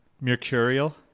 mercurial